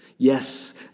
Yes